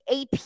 AP